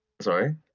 Sorry